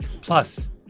Plus